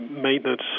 maintenance